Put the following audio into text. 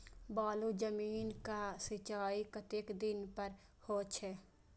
बालू जमीन क सीचाई कतेक दिन पर हो छे?